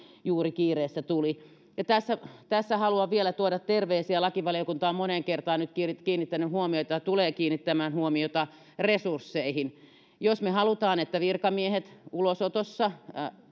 juuri kiireessä tuli tässä tässä haluan vielä tuoda terveisiä lakivaliokunta on nyt moneen kertaan kiinnittänyt huomiota ja tulee kiinnittämään huomiota resursseihin jos me haluamme että virkamiehet ulosotossa